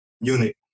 unit